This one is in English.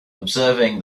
observing